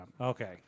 Okay